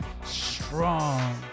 strong